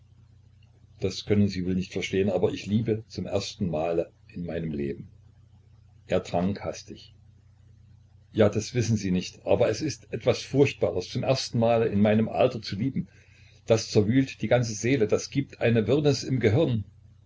das können sie wohl nicht verstehen aber ich liebe zum ersten male in meinem leben er trank hastig ja das wissen sie nicht aber es ist etwas furchtbares zum ersten mal in meinem alter zu lieben das zerwühlt die ganze seele das gibt eine wirrnis im gehirn